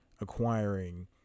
acquiring